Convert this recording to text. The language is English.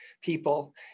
people